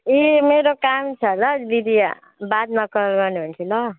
ए मेरो काम छ ल दिदी बादमा कल गर्नुहोस् ल